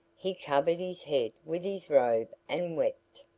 he covered his head with his robe and wept.